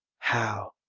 how?